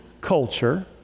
culture